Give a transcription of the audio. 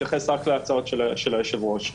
אני מתייחס רק להצעות של יושב הראש.